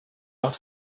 out